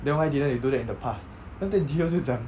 then why didn't you do that in the past then after that ji hyo 就讲